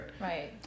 Right